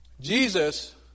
Jesus